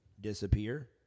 disappear